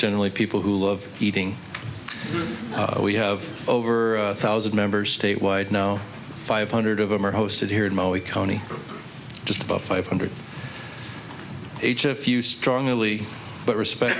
generally people who love eating we have over a thousand members statewide now five hundred of them are hosted here in maui county just about five hundred h if you strongly but respect